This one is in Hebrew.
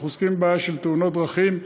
אנחנו עוסקים בבעיה של תאונות דרכים.